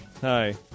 Hi